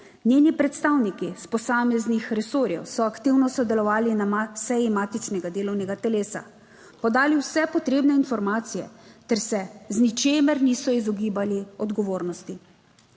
Njeni predstavniki s posameznih resorjev so aktivno sodelovali na seji matičnega delovnega telesa, podali vse potrebne informacije ter se z ničemer niso izogibali odgovornosti.